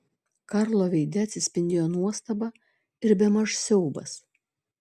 karlo veide atsispindėjo nuostaba ir bemaž siaubas